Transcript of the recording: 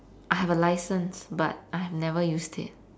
I have a license but I have never used it